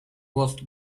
voz